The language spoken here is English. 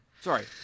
sorry